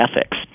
ethics